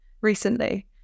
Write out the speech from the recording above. recently